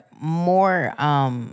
more